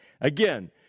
Again